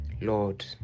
Lord